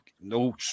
No